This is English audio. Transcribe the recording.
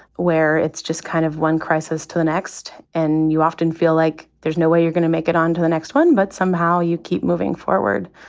where it's just kind of one crisis to the next. and you often feel like there's no way you're gonna make it onto the next one. but somehow you keep moving forward.